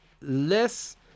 less